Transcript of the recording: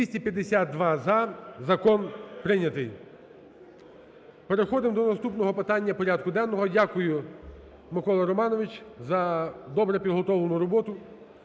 За-252 Закон прийнятий. Переходимо до наступного питання порядку денного. Дякую, Микола Романович, за добре підготовлену роботу.